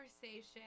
conversation